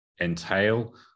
entail